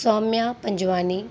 Saumya Panjwani